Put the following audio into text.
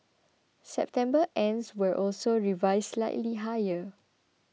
September starts were also revised slightly higher